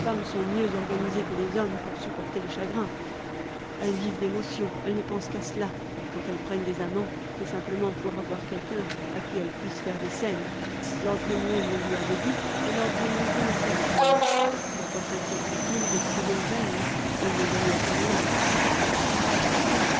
sont mieux organisées que les hommes pour supporter les chagrins elles vivent d'émotions elles ne pensent qu'à cela quand elles prennent des amants c'est simplement pour avoir quelqu'un à qui elles puissent faire des scènes lord henry le lui avait dit et lord henry connaissait les femmes pourquoi sinquiéterait il de sibyl yane elle ne lui était rien mais le portrait